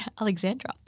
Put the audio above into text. Alexandra